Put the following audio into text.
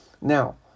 Now